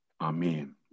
Amen